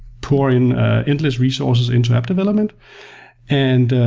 pour in endless resources into app development and,